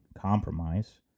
compromise